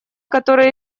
которые